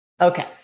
okay